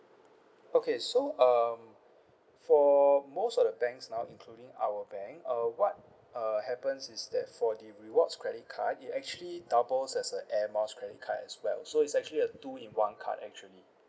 okay so um for most of the banks now including our bank uh what uh happens is that for the rewards credit card it actually doubles as a air miles credit card as well so is actually a two in one card actually